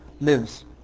lives